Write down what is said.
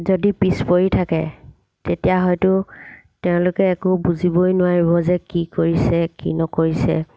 যদি পিছ পৰি থাকে তেতিয়া হয়তো তেওঁলোকে একো বুজিবই নোৱাৰিব যে কি কৰিছে কি নকৰিছে